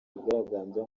bigaragambya